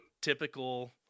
typical